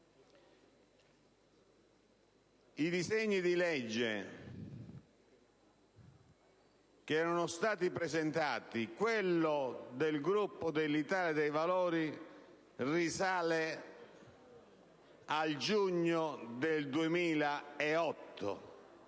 i disegni di legge che erano stati presentati, quello del Gruppo dell'Italia dei Valori risale al mese di giugno 2008;